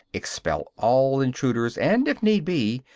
expel all intruders, and, if need be,